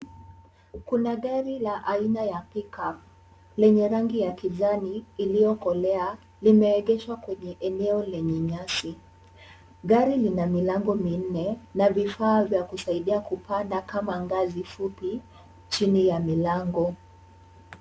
Kuna gari la aina ya Pickup lenye rangi ya kijani iliyokolea, limeegeshwa kwenye eneo lenye nyasi. Gari lina milango minne, na vifaa vya kusaidia kupanda kama ngazi fupi, chini ya milango.